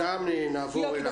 גם נעבור אליו.